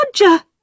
Roger